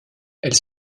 elles